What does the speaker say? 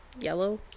yellow